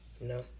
No